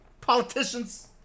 politicians